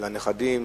לנכדים,